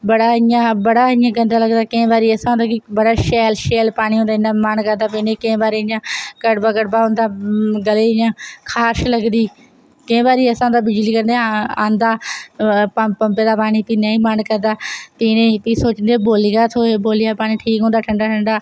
बड़ा इयां गंदा लगदा केईं बारी ऐसी होंदा कि बड़ा शैल शैल पानी होंदा केईं बारी इयां कड़वा कड़बा औंदा गले गी इयां खारश लगदी केईं बारी ऐसा होंदा कि बिजली कन्नै आंदा पंपे दा पानी फ्ही नेईं मन करदा पीने गी फ्ही सोचनी बौली दा थ्होऐ बौलिया दा पानी ठीक होंदा ठंडा ठंडा